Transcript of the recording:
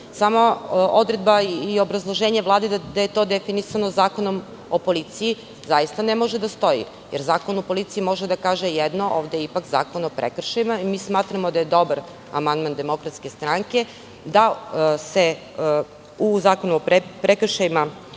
licima. Odredba i obrazloženje Vlade da je to definisano Zakonom o policiji zaista ne može da stoji, jer Zakon o policiji može da kaže jedno, a ovde je ipak Zakon o prekršajima. Smatramo da je dobar amandman DS, da se u Zakonu o prekršajima